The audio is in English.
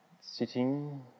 sitting